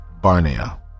Barnea